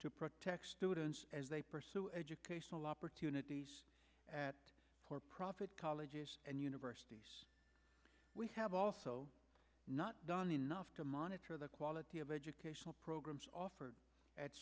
to protect students as they pursue educational opportunities at for profit colleges and universities we have also not done enough to monitor the quality of educational programs offered at